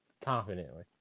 Confidently